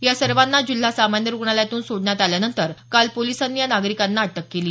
या सर्वांना जिल्हा सामान्य रुग्णालयातून सोडण्यात आल्यानंतर काल पोलिसांनी या नागरिकांना अटक केली